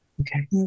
Okay